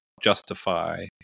justify